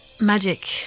magic